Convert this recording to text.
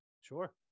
Sure